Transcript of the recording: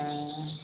हाँ